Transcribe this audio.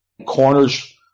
corners